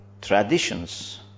traditions